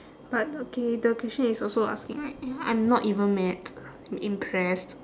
but okay the question is also asking right ya I'm not even mad I'm impressed